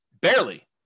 barely